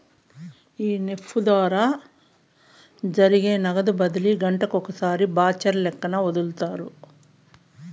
ఈ నెఫ్ట్ ద్వారా జరిగే నగదు బదిలీలు గంటకొకసారి బాచల్లక్కన ఒదులుతారు